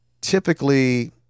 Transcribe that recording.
typically